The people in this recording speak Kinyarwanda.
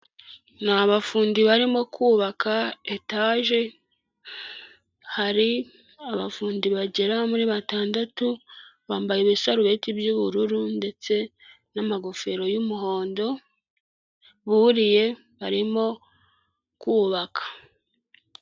Ni abafundi barimo kubaka etaje, hari abafundi bagera muri batandatu, bambaye ibisarureti by'ubururu ndetse n'amagofero y'umuhondo, buriye barimo kubaka.